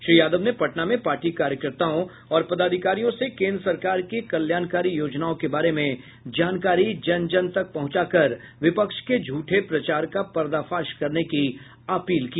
श्री यादव ने पटना में पार्टी कार्यकर्ताओं और पदाधिकारियों से केन्द्र सरकार के कल्याणकारी योजनाओं के बारे में जानकारी जन जन तक पहुंचाकर विपक्ष के झूठे प्रचार का पर्दाफाश करने की अपील की